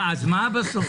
אנחנו נציג.